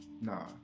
nah